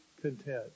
content